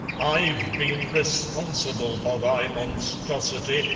i've been responsible for thy monstrosity,